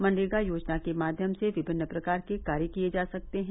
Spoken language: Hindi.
मनरेगा योजना के माध्यम से विभिन्न प्रकार के कार्य किए जा सकते हैं